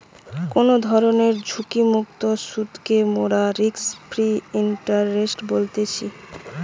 কোনো ধরণের ঝুঁকিমুক্ত সুধকে মোরা রিস্ক ফ্রি ইন্টারেস্ট বলতেছি